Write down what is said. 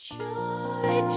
joy